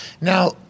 Now